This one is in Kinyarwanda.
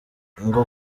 ngo